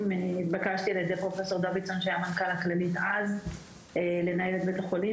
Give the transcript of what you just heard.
נתבקשתי על ידי פרופ' דוידסון שהיה מנכ"ל הכלית אז לנהל את בית החולים.